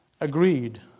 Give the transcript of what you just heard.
agreed